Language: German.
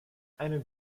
eine